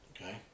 Okay